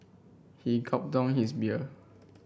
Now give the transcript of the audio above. he gulped down his beer